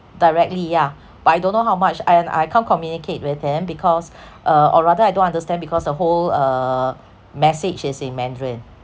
directly yeah but I don't know how much and I can't communicate with him because uh or rather I don't understand because the whole uh message is in mandarin